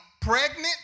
pregnant